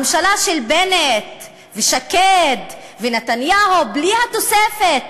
הממשלה של בנט ושקד ונתניהו בלי התוספת,